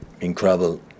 incredible